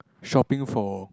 shopping for